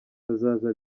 bazaza